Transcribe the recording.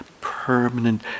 permanent